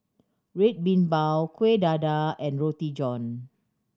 Red Bean Bao Kueh Dadar and Roti John